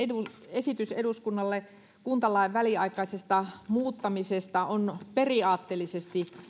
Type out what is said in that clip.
esitys eduskunnalle kuntalain väliaikaisesta muuttamisesta on periaatteellisesti